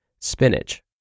spinach